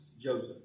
Joseph